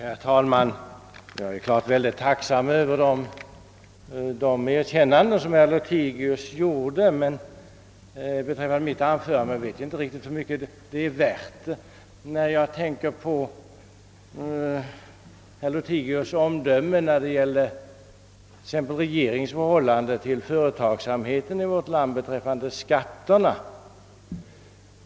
Herr talman! Jag är mycket tacksam för de erkännanden som herr Lothigius gjorde beträffande mitt anförande. Men jag vet inte hur mycket de är värda med tanke på herr Lothigius omdöme exempelvis om regeringens förhållande till företagsamheten i vårt land, i fråga om skatterna.